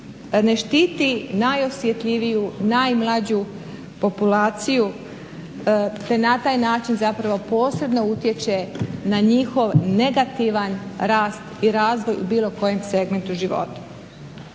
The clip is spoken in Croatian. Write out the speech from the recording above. ne štiti najosjetljiviju, najmlađu populaciju te na taj način zapravo posredno utječe na njihov negativan rast i razvoj u bilo kojem segmentu života.